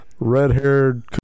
Red-haired